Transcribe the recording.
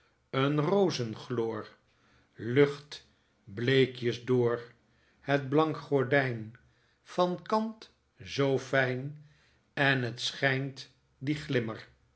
een rozengloor lucht bleekjes door het blank gordijn van kant zoo fijn en t schijnt die glimmer